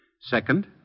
Second